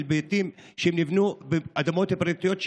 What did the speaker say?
של בתים שנבנו באדמות פרטיות,